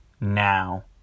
now